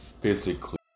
physically